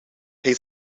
hij